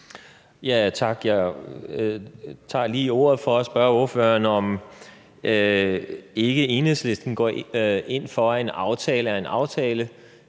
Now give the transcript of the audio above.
(V): Tak. Jeg tager lige ordet for at spørge ordføreren, om Enhedslisten ikke går ind for, at en aftale er en aftale,